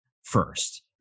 first